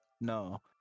No